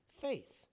Faith